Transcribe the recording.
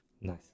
nice